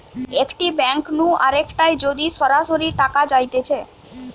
একটি ব্যাঙ্ক নু আরেকটায় যদি সরাসরি টাকা যাইতেছে